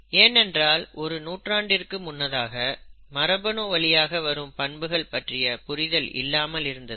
ஏனென்றால் ஒரு நூற்றாண்டிற்கு முன்னதாக மரபு வழியாக வரும் பண்புகள் பற்றிய புரிதல் இல்லாமல் இருந்தது